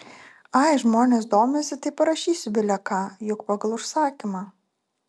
ai žmonės domisi tai parašysiu bile ką juk pagal užsakymą